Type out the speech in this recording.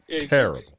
Terrible